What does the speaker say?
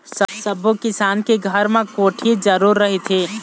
सब्बो किसान के घर म कोठी जरूर रहिथे